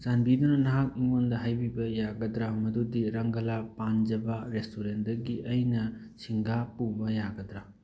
ꯆꯥꯟꯕꯤꯗꯨꯅ ꯅꯍꯥꯛ ꯑꯩꯉꯣꯟꯗ ꯍꯥꯏꯕꯤꯕ ꯌꯥꯒꯗ꯭ꯔꯥ ꯃꯗꯨꯗꯤ ꯔꯪꯒꯥꯂꯥ ꯄꯥꯟꯖꯕ ꯔꯦꯁꯇꯨꯔꯦꯟꯗꯒꯤ ꯑꯩꯅ ꯁꯤꯡꯒꯥ ꯄꯨꯕ ꯌꯥꯒꯗ꯭ꯔꯥ